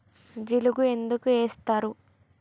జిలుగు ఎందుకు ఏస్తరు?